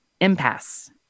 impasse